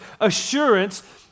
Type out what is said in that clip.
assurance